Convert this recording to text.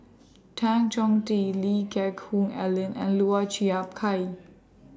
Tan Chong Tee Lee Geck Hoon Ellen and Lau Chiap Khai